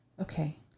Okay